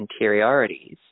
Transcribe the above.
interiorities